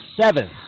seven